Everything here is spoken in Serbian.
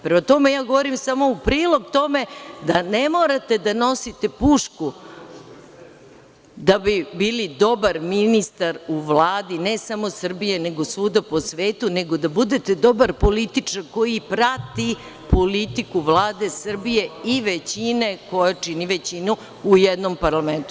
Prema tome, ja govorim samo u prilog tome da ne morate da nosite pušku da bi bili dobar ministar u Vladi, ne samo Srbije, nego svuda po svetu, nego da budete dobar političar, koji prati politiku Vlade Srbije i većine, koja čini većinu u jednom parlamentu.